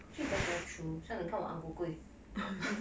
actually that's very true 像我这样的 ang ku kueh